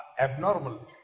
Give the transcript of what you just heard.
abnormal